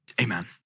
Amen